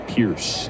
Pierce